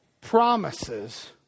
promises